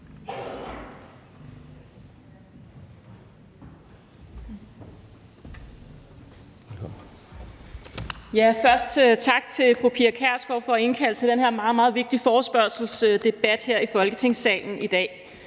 tak til fru Pia Kjærsgaard for at indkalde til den her meget, meget vigtige forespørgselsdebat i Folketingssalen i dag.